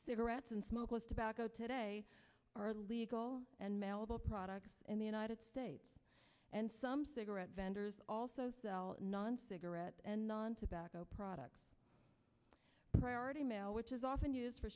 cigarettes and smokeless tobacco today are legal and mail products in the united states and some cigarette vendors also sell non secure and non tobacco products priority mail which is often used for